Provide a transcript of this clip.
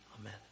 Amen